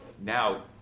now